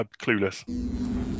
clueless